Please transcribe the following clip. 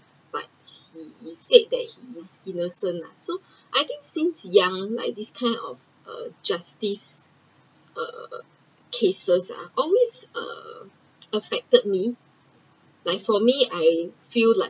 but he said that he is innocent lah so I think since young like this kind of err justice err cases ah always err affected me like for me I feel like err